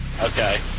Okay